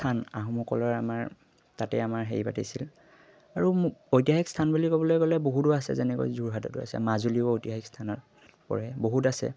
স্থান আহোমসকলৰ আমাৰ তাতে আমাৰ হেৰি পাতিছিল আৰু ঐতিহাসিক স্থান বুলি ক'বলৈ গ'লে বহুতো আছে যেনেকৈ যোৰহাটতো আছে মাজুলীও ঐতিহাসিক স্থানত পৰে বহুত আছে